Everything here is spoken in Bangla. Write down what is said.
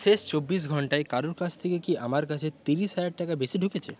শেষ চব্বিশ ঘণ্টায় কারো কাছ থেকে কি আমার কাছে ত্রিশ হাজার টাকা বেশি ঢুকেছে